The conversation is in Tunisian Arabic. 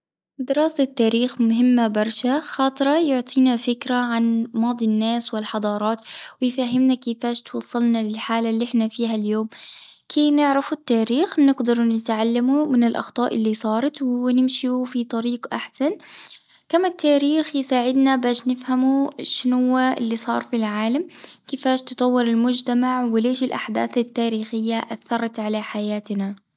دراسة التاريخ مهمة برشا خاطرة يعطينا فكرة عن ماضي الناس والحضارات ويفهمنا كيفيش توصلنا للحالة اللي احنا فيها اليوم، كي نعرفو التاريخ ونقدر نتعلمو من الأخطاء اللي صارت ونمشي في طريق أحسن، كما التاريخ يساعدنا باش نفهموا شنو اللي صار في العالم، كيفيش تطور المجتمع وليش الأحداث التاريخية أثرت على حياتنا.